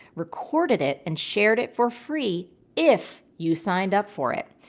recorded it and shared it for free if you signed up for it.